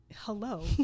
hello